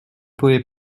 pouvez